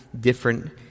different